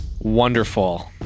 Wonderful